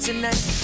Tonight